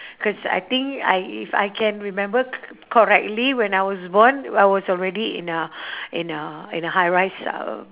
cause I think I if I can remember cor~ correctly when I was born I was already in a in a in a high rise uh